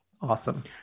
Awesome